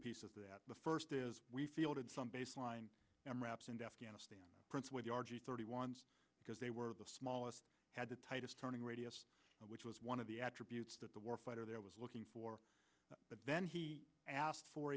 pieces that the first is we fielded some baseline m wraps and afghanistan prince with the r g thirty one because they were the smallest had the tightest turning radius which was one of the attributes that the war fighter there was looking for but then he asked for